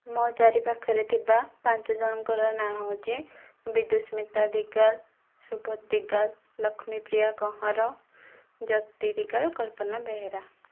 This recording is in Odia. ମୋ ଚାରି ପାଖରେ ଥିବା ପାଞ୍ଚ ଜଣଙ୍କର ନାଁ ହେଉଛି ବିଦୁସ୍ମିତା ଦିଗାଲ ସୁବୋଧ ଦିଗାଲ ଲକ୍ଷ୍ମୀପ୍ରିୟା କହଁର ଜ୍ୟୋତି ଦିଗାଲ କଳ୍ପନା ବେହେରା